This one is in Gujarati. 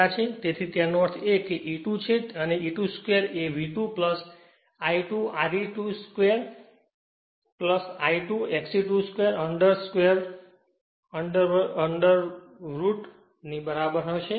તેથી તેનો અર્થ એ છે કે તે E2 છે અને E2 2 એ V2 I2 Re2 2 I2 XE2 2 under √ ની બરાબર થશે